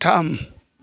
थाम